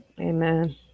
amen